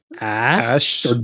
Ash